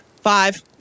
Five